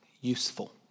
Useful